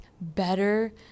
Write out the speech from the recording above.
better